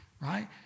Right